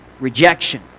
rejection